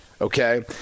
okay